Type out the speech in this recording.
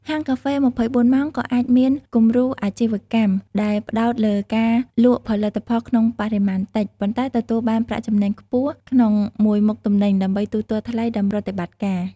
ហាងកាហ្វេ ២៤ ម៉ោងក៏អាចមាន គំរូអាជីវកម្ម ដែលផ្តោតលើការលក់ផលិតផលក្នុងបរិមាណតិច ប៉ុន្តែទទួលបានប្រាក់ចំណេញខ្ពស់ក្នុងមួយមុខទំនិញ ដើម្បីទូទាត់ថ្លៃដើមប្រតិបត្តិការ។